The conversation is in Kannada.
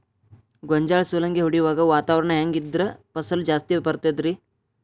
ಗೋಂಜಾಳ ಸುಲಂಗಿ ಹೊಡೆಯುವಾಗ ವಾತಾವರಣ ಹೆಂಗ್ ಇದ್ದರ ಫಸಲು ಜಾಸ್ತಿ ಬರತದ ರಿ?